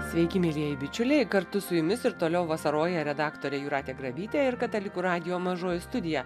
sveiki mielieji bičiuliai kartu su jumis ir toliau vasaroja redaktorė jūratė grabytė ir katalikų radijo mažoji studija